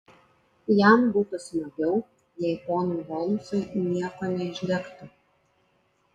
jam būtų smagiau jei ponui holmsui nieko neišdegtų